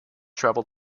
travel